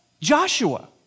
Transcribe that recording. Joshua